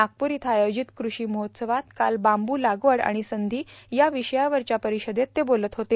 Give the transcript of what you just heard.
नागपूर इथं आयोजित कृषी महोत्सवात काल बांबू लागवड आर्गाण संधी या विषयावरच्या परिषदेत ते बोलत होते